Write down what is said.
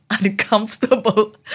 uncomfortable